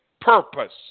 purpose